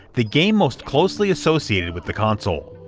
the game most closely associated with the console.